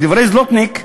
לדברי זלוטניק,